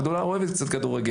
הבת הגדולה אוהבת כדורגל,